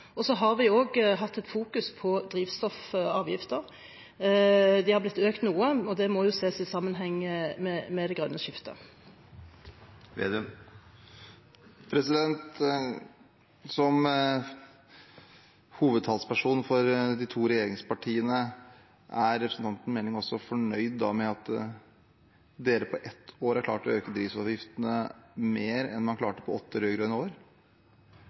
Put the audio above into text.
pendlerne. Så har vi også hatt fokus på drivstoffavgifter. De har blitt økt noe, og det må ses i sammenheng med det grønne skiftet. Som hovedtalsperson for de to regjeringspartiene: Er representanten Meling fornøyd med at en på ett år har klart å øke drivstoffavgiftene mer enn man klarte på åtte rød-grønne år?